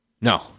no